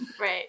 right